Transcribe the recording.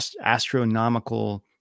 astronomical